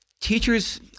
Teachers